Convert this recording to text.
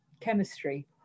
chemistry